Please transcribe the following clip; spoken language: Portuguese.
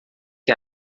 que